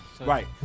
Right